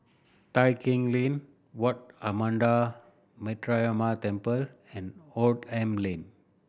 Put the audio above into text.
Tai Keng Lane Wat Ananda Metyarama Temple and Oldham Lane